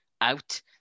out